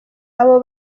abo